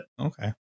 Okay